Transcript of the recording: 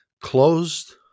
closed